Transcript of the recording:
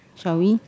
shall we